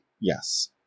Yes